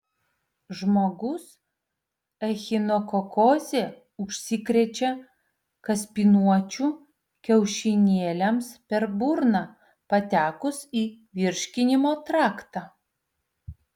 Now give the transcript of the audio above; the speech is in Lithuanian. žmogus echinokokoze užsikrečia kaspinuočių kiaušinėliams per burną patekus į virškinimo traktą